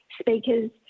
speakers